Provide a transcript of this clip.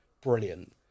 Brilliant